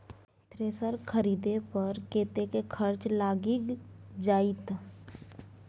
Thresher खरीदे पर कतेक खर्च लाईग जाईत?